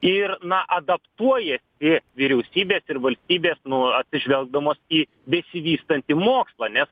ir na adaptuojasi vyriausybės ir valstybės nu atsižvelgdamos į besivystantį mokslą nes